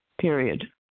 period